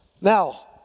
now